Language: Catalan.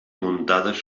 muntades